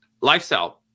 lifestyle